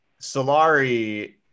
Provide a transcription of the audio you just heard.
Solari